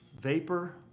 vapor